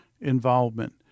involvement